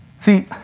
See